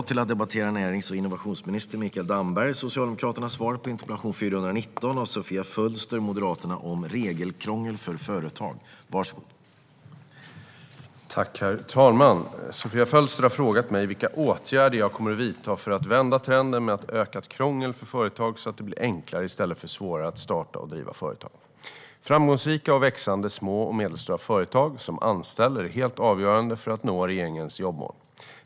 Herr talman! Sofia Fölster har frågat mig vilka åtgärder jag kommer att vidta för att vända trenden med ökat krångel för företagare så att det blir enklare i stället för svårare att starta och driva företag Framgångsrika och växande små och medelstora företag som anställer är helt avgörande för att nå regeringens jobbmål.